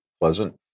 pleasant